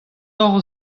ober